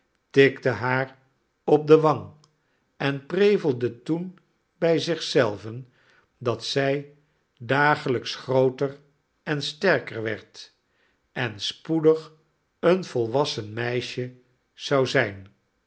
tikte haar op de wang en prevelde toen bij zich zelven dat zij dagelijks grooter en sterker werd en spoedig een volwassen meisje zou zijn